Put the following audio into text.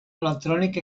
electrònic